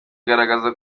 igaragaza